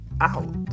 out